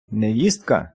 невістка